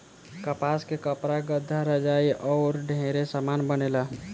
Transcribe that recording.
कपास से कपड़ा, गद्दा, रजाई आउर ढेरे समान बनेला